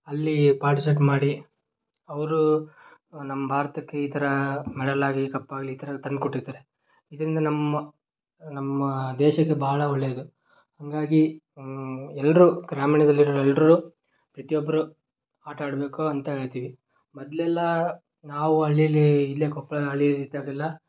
ಅಲ್ಲಿ ಪಾರ್ಟಿಸೆಪ್ಟ್ ಮಾಡಿ ಅವರು ನಮ್ಮ ಭಾರತಕ್ಕೆ ಈ ಥರಾ ಮೆಡಲಾಗಲಿ ಕಪ್ಪಾಗಲಿ ಈ ಥರ ತಂದು ಕೊಟ್ಟಿರ್ತಾರೆ ಇದರಿಂದ ನಮ್ಮ ನಮ್ಮ ದೇಶಕ್ಕೆ ಬಹಳ ಒಳ್ಳೆಯದು ಹಾಗಾಗಿ ಎಲ್ಲರೂ ಗ್ರಾಮೀಣದಲ್ಲಿರುವವರು ಎಲ್ಲರೂ ಪ್ರತಿಯೊಬ್ಬರು ಆಟಾಡಬೇಕು ಅಂತ ಹೇಳ್ತೀವಿ ಮೊದಲೆಲ್ಲ ನಾವು ಹಳ್ಳಿಯಲ್ಲಿ ಇಲ್ಲೇ ಕೊಪ್ಪಳ ಹಳ್ಳಿಯಲ್ಲಿ ಇದ್ದದ್ದೆಲ್ಲ